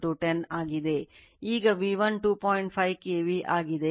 5 KV ಆಗಿದೆ